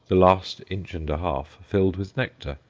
the last inch and a half filled with nectar.